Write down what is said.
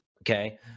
Okay